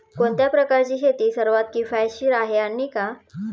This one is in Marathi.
कोणत्या प्रकारची शेती सर्वात किफायतशीर आहे आणि का?